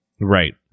Right